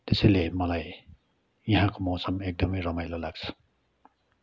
त्यसैले मलाई यहाँको मौसम एकदमै रमाइलो लाग्छ